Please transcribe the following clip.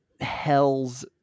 hell's